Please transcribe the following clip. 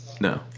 No